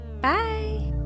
Bye